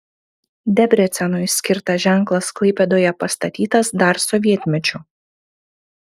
debrecenui skirtas ženklas klaipėdoje pastatytas dar sovietmečiu